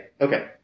Okay